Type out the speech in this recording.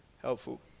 helpful